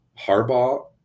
Harbaugh